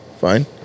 Fine